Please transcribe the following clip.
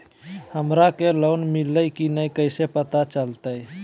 हमरा के लोन मिल्ले की न कैसे पता चलते?